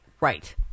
right